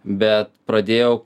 bet pradėjau